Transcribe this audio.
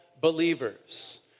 believers